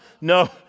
No